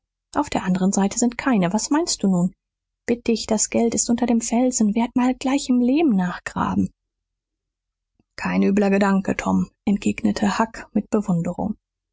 auf der anderen seite sind keine was meinst du nun bitt dich das geld ist unter dem felsen werd mal gleich im lehm nachgraben kein übler gedanke tom entgegnete huck mit bewunderung